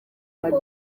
kuko